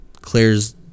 clears